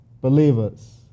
believers